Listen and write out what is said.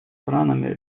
странами